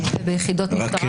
ביחידות משטרה --- רק,